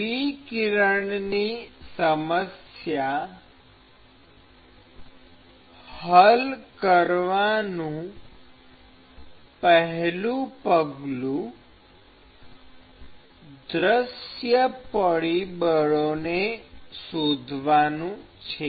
વિકિરણની સમસ્યા હલ કરવાની પેહલું પગલું દૃશ્ય પરિબળોને શોધવાનું છે